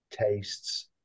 tastes